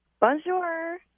Bonjour